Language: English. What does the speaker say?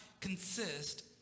consist